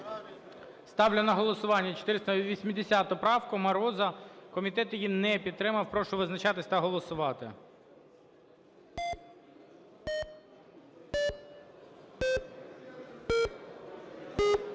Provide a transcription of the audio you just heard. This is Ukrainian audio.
Ставлю на голосування 480 правку Мороза. Комітет її не підтримав. Прошу визначатись та голосувати.